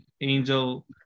angel